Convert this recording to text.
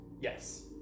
Yes